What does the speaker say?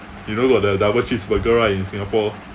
you know got the double cheeseburger right in singapore